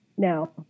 Now